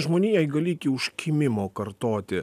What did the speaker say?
žmonijai gali iki užkimimo kartoti